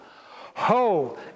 Ho